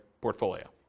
portfolio